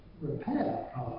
repair